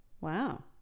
Wow